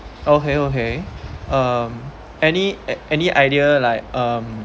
okay okay um any any idea like um